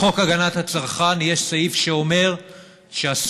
בחוק הגנת הצרכן יש סעיף שאומר שאסור